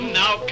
now